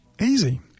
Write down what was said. easy